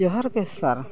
ᱡᱚᱦᱟᱨ ᱜᱮ ᱥᱟᱨ